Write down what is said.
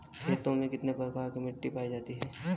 खेतों में कितने प्रकार की मिटी पायी जाती हैं?